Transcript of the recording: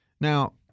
Now